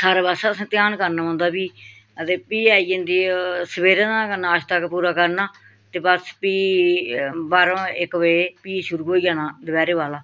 सारा पास्सै असें ध्यान करना पौंदा फ्ही आं ते फ्ही आई जंदे सवेरे दा नाश्ता पूरा करना ते बस फ्ही बारां इक्क बजे फ्ही शुरू होई जाना दपैह्री वाला